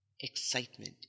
excitement